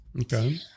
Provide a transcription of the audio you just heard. Okay